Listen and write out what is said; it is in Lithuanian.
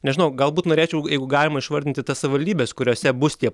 nežinau galbūt norėčiau jeigu galima išvardinti tas savivaldybes kuriose bus tie